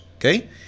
Okay